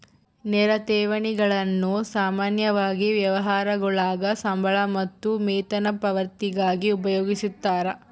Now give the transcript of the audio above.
ನೇರ ಠೇವಣಿಗಳನ್ನು ಸಾಮಾನ್ಯವಾಗಿ ವ್ಯವಹಾರಗುಳಾಗ ಸಂಬಳ ಮತ್ತು ವೇತನ ಪಾವತಿಗಾಗಿ ಉಪಯೋಗಿಸ್ತರ